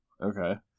Okay